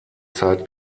zeit